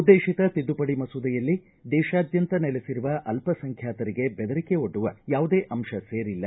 ಉದ್ದೇಶಿತ ತಿದ್ದುಪಡಿ ಮಸೂದೆಯಲ್ಲಿ ದೇಶಾದ್ಯಂತ ನೆಲೆಬರುವ ಅಲ್ಪಸಂಖ್ಯಾತರಿಗೆ ಬೆದರಿಕೆ ಒಡ್ಡುವ ಯಾವುದೇ ಅಂತ ಸೇರಿಲ್ಲ